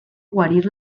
guarir